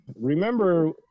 remember